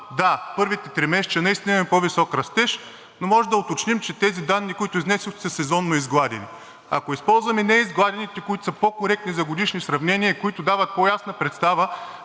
да, първите тримесечия наистина имаме по-висок растеж, но може да уточним, че тези данни, които изнесохте, са сезонно изгладени. Ако използваме неизгладените, които са по-коректни за годишни сравнения и които дават по-ясна представа